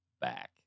back